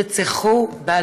ב-2016, נרצחו.